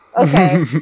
Okay